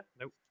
Nope